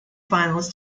finals